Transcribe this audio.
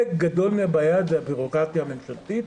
גדול מהבעיה זה הבירוקרטיה הממשלתית,